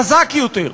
חזק יותר,